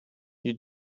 you